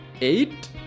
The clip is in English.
eight